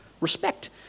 respect